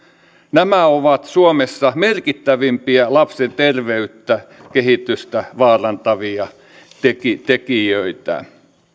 nämä ovat suomessa merkittävimpiä lapsen terveyttä kehitystä vaarantavia tekijöitä